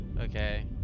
Okay